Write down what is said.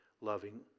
loving